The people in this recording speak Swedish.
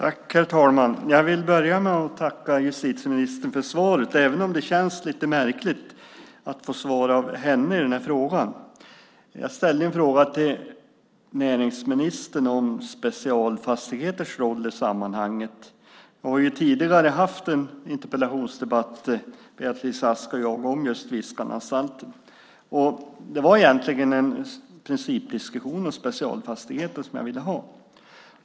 Herr talman! Jag vill börja med att tacka justitieministern för svaret, även om det känns lite märkligt att få svar av henne i frågan. Jag ställde en fråga till näringsministern om Specialfastigheters roll i sammanhanget. Beatrice Ask och jag har tidigare haft en interpellationsdebatt om just Viskananstalten. Det var egentligen en principdiskussion om Specialfastigheter jag ville ha.